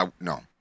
No